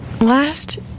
Last